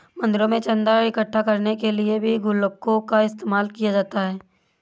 मंदिरों में चन्दा इकट्ठा करने के लिए भी गुल्लकों का इस्तेमाल किया जाता है